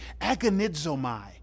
agonizomai